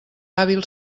hàbil